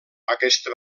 aquesta